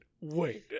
wait